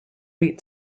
wheat